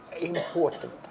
important